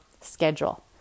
schedule